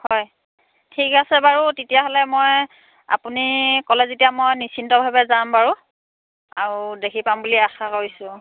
হয় ঠিক আছে বাৰু তেতিয়াহ'লে মই আপুনি ক'লে যেতিয়া মই নিশ্চিন্তভাৱে যাম বাৰু আৰু দেখি পাম বুলি আশা কৰিছোঁ